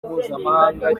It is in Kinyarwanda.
mpuzamahanga